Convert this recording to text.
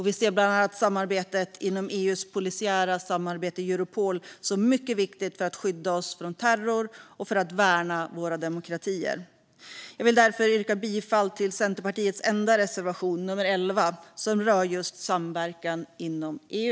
Vi ser bland annat samarbetet inom EU:s polisiära samarbete Europol som mycket viktigt för att skydda oss från terror och för att värna våra demokratier. Jag vill därför yrka bifall till Centerpartiets enda reservation, nummer 11, som rör just samarbetet inom EU.